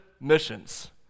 missions